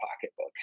pocketbook